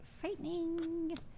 frightening